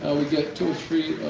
and we get two or three.